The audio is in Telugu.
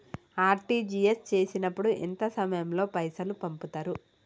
ఆర్.టి.జి.ఎస్ చేసినప్పుడు ఎంత సమయం లో పైసలు పంపుతరు?